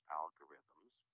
algorithms